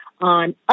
on